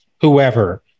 whoever